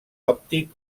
òptic